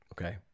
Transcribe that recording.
okay